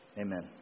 Amen